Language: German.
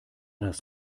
das